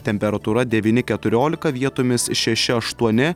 temperatūra devyni keturiolika vietomis šeši aštuoni